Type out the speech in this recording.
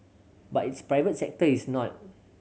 but its private sector is not